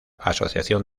asociación